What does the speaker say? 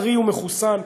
בריא ומחוסן,